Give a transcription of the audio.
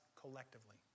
collectively